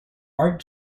art